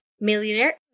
Millionaire